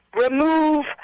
remove